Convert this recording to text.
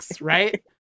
right